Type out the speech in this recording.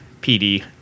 PD